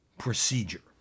procedure